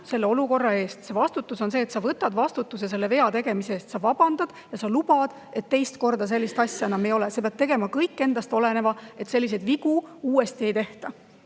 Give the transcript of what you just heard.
selle olukorra tekkimise eest. Vastutus on see, et sa võtad vastutuse selle vea tegemise eest, sa vabandad ja sa lubad, et teist korda sellist asja enam ei juhtu. Sa pead tegema kõik endast oleneva, et selliseid vigu uuesti ei tehta.